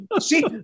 See